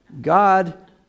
God